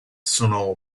sono